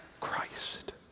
Christ